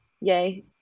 yay